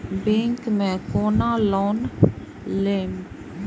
Bank में केना loan लेम?